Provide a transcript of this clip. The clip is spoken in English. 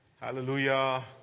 hallelujah